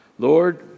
Lord